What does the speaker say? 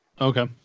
Okay